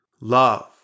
love